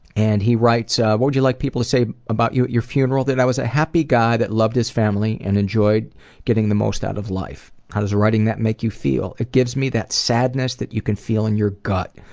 and he writes, what ah would you like people to say about you at your funeral that i was a happy guy that loved his family and enjoyed getting the most out of life. how does writing that make you feel it gives me that sadness that you can feel in your gut.